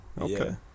okay